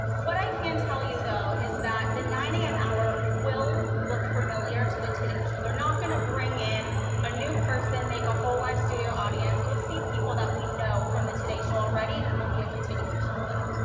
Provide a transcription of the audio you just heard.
what i can tell you though, is that the nine zero a m. hour will look familiar to the today show. they're not gonna bring in a new person, make a whole live studio audience, we'll see people that we know from the today show already and it will be a continuation of that.